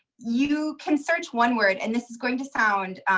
you can search one word. and this is going to sound